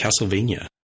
Castlevania